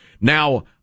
Now